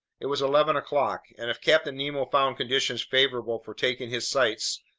it was eleven o'clock, and if captain nemo found conditions favorable for taking his sights,